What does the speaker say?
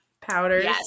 Powders